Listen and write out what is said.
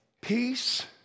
peace